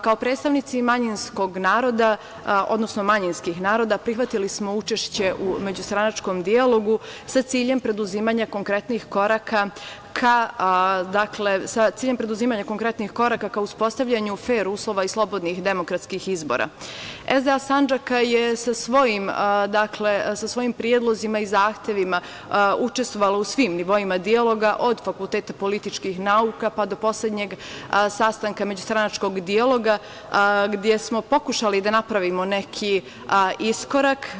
Kao predstavnici manjinskog naroda, odnosno manjinskih naroda, prihvatili smo učešće u međustranačkom dijalogu sa ciljem preduzimanja konkretnih koraka ka uspostavljanju fer uslova i slobodnih demokratskih izbora, SDA Sandžaka je sa svojim predlozima i zahtevima učestvovala u svim nivoima dijaloga, od Fakulteta političkih nauka, pa do poslednjeg sastanaka međustranačkog dijaloga, gde smo pokušali da napravimo neki iskorak.